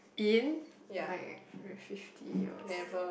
in like fifty years